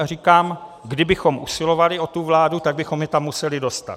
A říkám, kdybychom usilovali o tu vládu, tak bychom je tam museli dostat.